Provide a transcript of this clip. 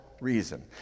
reason